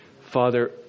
Father